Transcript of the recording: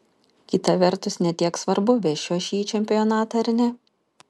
kita vertus ne tiek svarbu vešiu aš jį į čempionatą ar ne